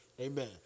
Amen